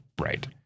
Right